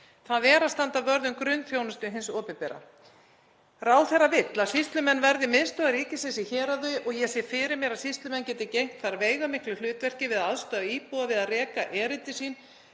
að standa vörð um grunnþjónustu hins opinbera. Ráðherra vill að sýslumenn verði miðstöð ríkisins í héraði og ég sé fyrir mér að sýslumenn geti gegnt þar veigamiklu hlutverki við að aðstoða íbúa við að reka erindi sín